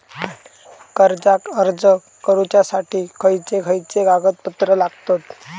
कर्जाक अर्ज करुच्यासाठी खयचे खयचे कागदपत्र लागतत